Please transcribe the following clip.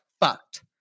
fucked